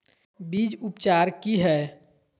बीज उपचार कि हैय?